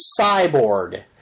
cyborg